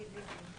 התעשייה.